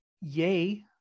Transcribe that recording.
yay